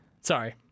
sorry